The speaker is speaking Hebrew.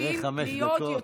אחרי חמש דקות.